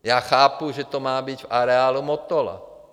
Já chápu, že to má být v areálu Motola.